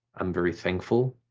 i'm very thankful,